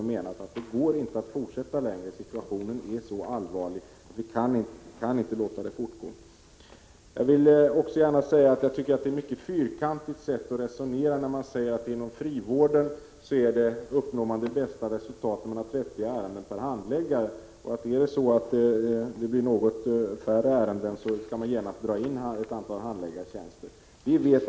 Vi menar att situationen är så allvarlig att vi inte kan låta detta fortgå. Jag tycker att det är ett mycket fyrkantigt sätt att resonera när man säger att de bästa resultaten inom frivården uppnås när man har 30 ärenden per handläggare och att man genast skall dra in ett antal handläggartjänster om det blir något färre ärenden.